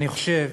אני חושב